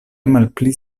malpli